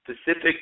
specific